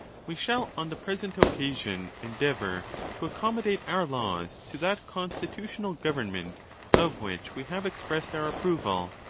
we shall on the present occasion endeavour to accommodate our laws to that constitutional government of which we have expressed our approval.